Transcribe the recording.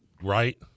right